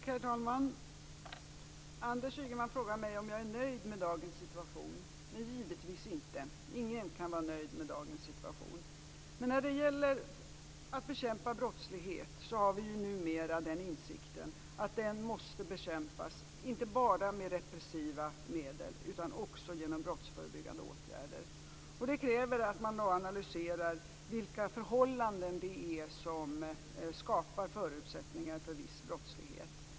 Herr talman! Anders Ygeman frågade om jag är nöjd med dagens situation. Nej, givetvis inte. Ingen kan vara nöjd med dagens situation. Numera har vi insikten att brottslighet måste bekämpas inte bara med repressiva medel utan också med brottsförebyggande åtgärder. Det kräver att det sker en analys av vilka förhållanden det är som skapar förutsättningar för viss brottslighet.